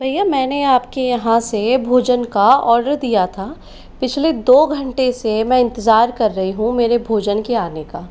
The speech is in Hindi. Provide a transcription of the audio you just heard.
भैया मैंने आपके यहाँ से भोजन का ऑर्डर दिया था पिछले दो घंटे से मैं इंतज़ार कर रही हूँ मेरे भोजन के आने का